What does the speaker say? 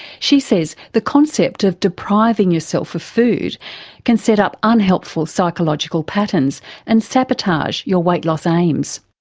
she says the concept of depriving yourself of food can set up unhelpful psychological patterns and sabotage your weight loss aims.